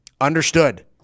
Understood